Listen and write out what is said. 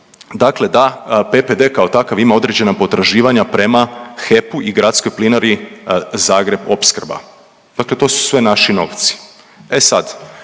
da PPD kao takav ima određena potraživanja prema HEP-u i Gradskoj plinari Zagreb Opskrba, dakle to su sve naši novci. E sad,